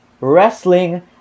wrestling